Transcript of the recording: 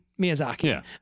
Miyazaki